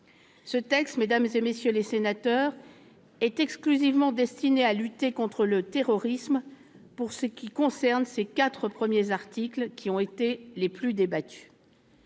Ce texte, mesdames, messieurs les sénateurs, est exclusivement destiné à lutter contre le terrorisme pour ce qui concerne ses quatre premiers articles, qui ont été les plus débattus.